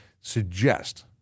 suggest